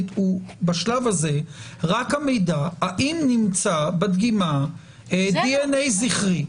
הוא בשלב הזה רק המידע האם נמצא בדגימה דנ"א זכרי.